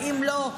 ואם לא,